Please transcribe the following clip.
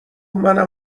منم